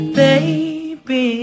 Baby